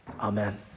amen